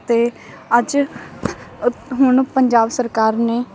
ਅਤੇ ਅੱਜ ਹੁਣ ਪੰਜਾਬ ਸਰਕਾਰ ਨੇ